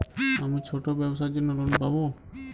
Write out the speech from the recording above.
আমি ছোট ব্যবসার জন্য লোন পাব?